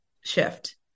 shift